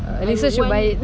next time should buy it